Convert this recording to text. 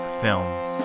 films